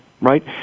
right